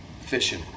Fishing